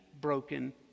broken